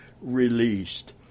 released